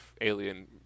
alien